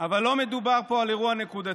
אבל לא מדובר פה על אירוע נקודתי,